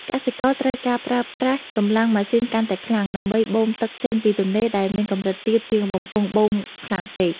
កសិករត្រូវការប្រើប្រាស់កម្លាំងម៉ាស៊ីនកាន់តែខ្លាំង ដើម្បីបូមទឹកចេញពីទន្លេដែលមានកម្រិតទាបជាងបំពង់បូមខ្លាំងពេក។